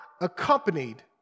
accompanied